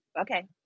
Okay